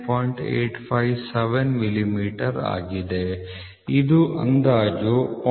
857 millimetre ಆಗಿದೆ ಇದು ಅಂದಾಜು 0